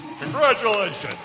Congratulations